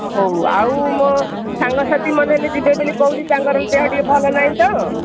ହଁ ହଉ ଆଉ ମୋ ସାଙ୍ଗ ସାଥିମାନେ ହେଲେ ଯିବେ ବୋଲି କହୁଛି ତାଙ୍କର ହେଲେ ଦେହ ଟିକେ ଭଲ ନାହିଁ ତ